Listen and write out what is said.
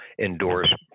endorse